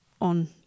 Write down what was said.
on